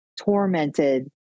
tormented